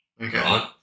Okay